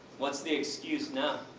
what's the excuse now?